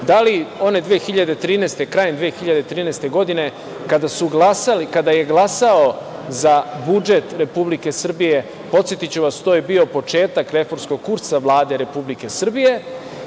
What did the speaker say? godine, krajem 2013. godine kada je glasao za budžet Republike Srbije, podsetiću vas, to je bio početak reformskog kursa Vlade Republike Srbije